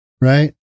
right